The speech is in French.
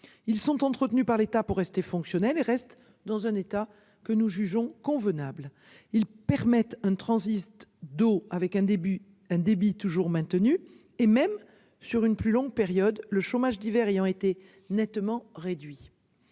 Ils sont entretenus par l'État pour rester fonctionnel et reste dans un état que nous jugeons convenable. Ils permettent un transite d'eau avec un début, un débit toujours maintenu et même sur une plus longue période. Le chômage divers ayant été nettement réduit.